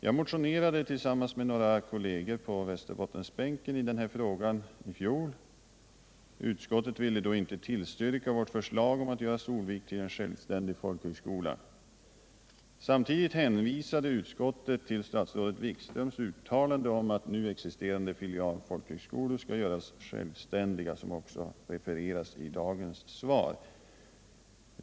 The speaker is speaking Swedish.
Jag motionerade i fjol tillsammans med några kolleger på Västerbottensbänken i denna fråga. Utskottet ville då inte tillstyrka vårt förslag om att göra Solvik till självständig folkhögskola. I samband därmed hänvisade utskottet emellertid till statsrådet Wikströms uttalande om att nu existerande filialfolkhögskolor skulle göras självständiga, vilket också har angivits i dagens svar.